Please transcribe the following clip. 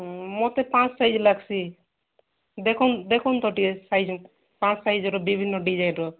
ହୁଁ ମୋତେ ପାଞ୍ଚ ସାଇଜ୍ ଲାଗସି ଦେଖୁନ୍ ଦେଖୁନ୍ ତ ଟିକେ ସାଇଜ୍ ହେନ୍ତା ପାଞ୍ଚ ସାଇଜ୍ର ବିଭିନ୍ନ ଡିଜାଇନ୍ର